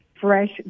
fresh